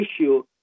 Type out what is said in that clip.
issue